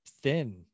thin